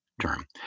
term